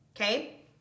okay